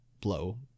blow